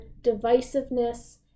divisiveness